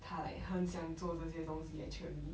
他 like 很想做这些东西 actually